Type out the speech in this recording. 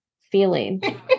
feeling